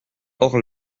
hors